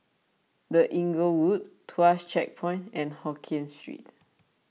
the Inglewood Tuas Checkpoint and Hokien Street